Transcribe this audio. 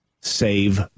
Save